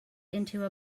into